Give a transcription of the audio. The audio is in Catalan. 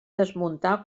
desmuntar